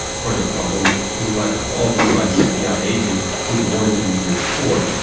part of the problem was a lack of follow-through by the fbi agent who had warned him the year before.